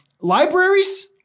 Libraries